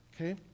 Okay